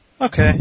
Okay